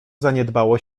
zaniedbało